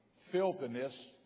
filthiness